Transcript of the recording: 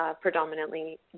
predominantly